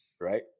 right